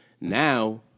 now